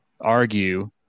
argue